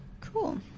Cool